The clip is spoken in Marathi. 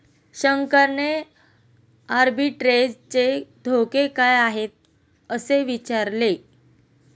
शंकरने आर्बिट्रेजचे धोके काय आहेत, असे विचारले